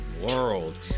world